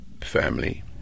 family